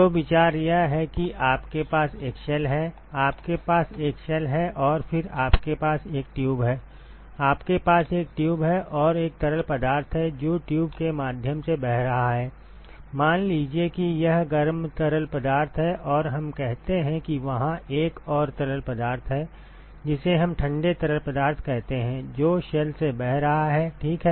तो विचार यह है कि आपके पास एक शेल है आपके पास एक शेल है और फिर आपके पास एक ट्यूब है आपके पास एक ट्यूब है और एक तरल पदार्थ है जो ट्यूब के माध्यम से बह रहा है मान लीजिए कि यह गर्म तरल पदार्थ है और हम कहते हैं कि वहां एक और तरल पदार्थ है जिसे हम ठंडे तरल पदार्थ कहते हैं जो शेल से बह रहा है ठीक है